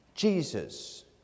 Jesus